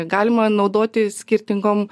galima naudoti skirtingom